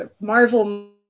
marvel